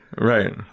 right